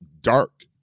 dark